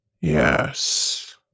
yes